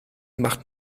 macht